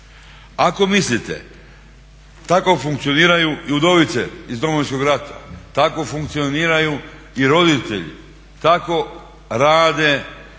Ako mislite tako funkcioniraju i udovice iz Domovinskog rata, tako funkcioniraju i roditelji, tako rade